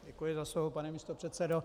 Děkuji za slovo, pane místopředsedo.